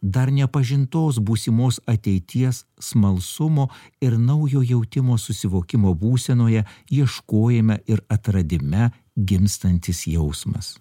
dar nepažintos būsimos ateities smalsumo ir naujo jautimo susivokimo būsenoje ieškojime ir atradime gimstantis jausmas